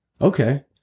Okay